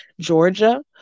Georgia